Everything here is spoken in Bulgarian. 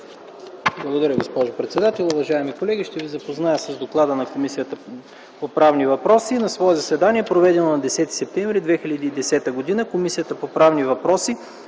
Благодаря, госпожо председател. Уважаеми колеги! Ще ви запозная с: „ДОКЛАД на Комисията по правни въпроси На свое заседание, проведено на 1 септември 2010 г. Комисията по правни въпроси